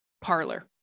parlor